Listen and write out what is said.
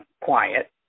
quiet